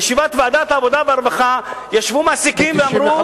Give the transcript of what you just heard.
בישיבת ועדת העבודה והרווחה ישבו מעסיקים ואמרו,